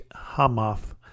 Hamath